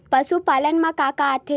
पशुपालन मा का का आथे?